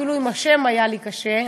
אפילו עם השם היה לי קשה,